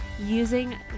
using